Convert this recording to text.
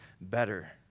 better